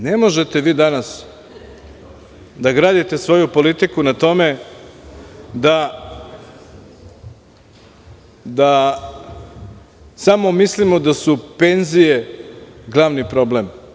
Ne možete vi danas da gradite svoju politiku na tome da samo mislimo da su penzije glavni problem.